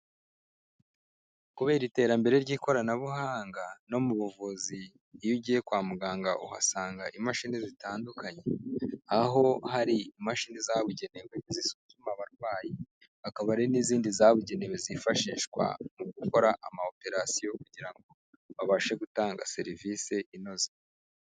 Kubera iterambere ry'ikoranabuhanga no mu buvuzi iyo ugiye kwa muganga uhasanga imashini zitandukanye, aho hari imashini zabugenewe zisuzuma abarwayi, hakaba hari n'izindi zabugenewe zifashishwa mu gukora ama operasiyo kugira ngo babashe gutanga serivisi inoze.